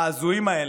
ההזויים האלה,